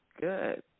Good